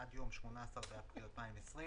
עד יום 18 באפריל 2020,